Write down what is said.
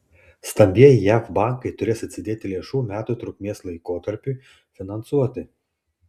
stambieji jav bankai turės atsidėti lėšų metų trukmės laikotarpiui finansuoti